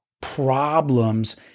problems